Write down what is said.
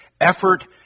effort